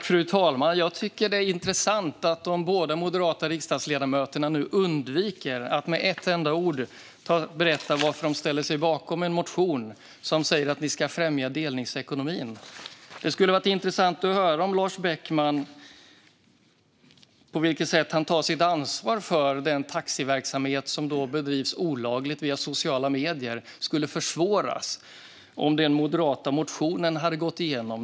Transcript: Fru talman! Jag tycker att det är intressant att de båda moderata riksdagsledamöterna nu undviker att med ett enda ord berätta varför de ställer sig bakom en motion om att vi ska främja delningsekonomin. Det skulle vara intressant att höra på vilket sätt Lars Beckman tar sitt ansvar för den taxiverksamhet som bedrivs olagligt via sociala medier. Skulle den verksamheten försvåras om den moderata motionen hade gått igenom?